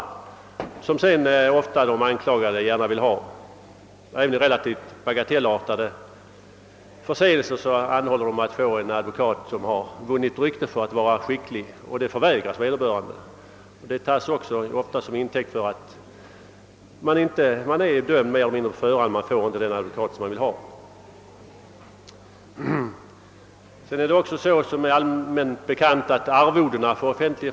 De anklagade vill sedan ofta gärna ha dessa som offentliga försvarare även när det gäller relativt bagatellartade förseelser. Detta förvägras vederbörande anklagad i många fall. Det förhållandet att man inte får den advokat man vill ha tas inte sällan till intäkt för att man är dömd mer eller mindre på förhand. Arvodena för offentliga försvarare uppgår många gånger, vilket är allmänt bekant, till mycket stora belopp.